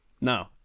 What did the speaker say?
No